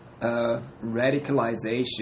radicalization